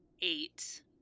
eight